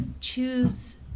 choose